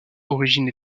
origine